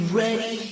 ready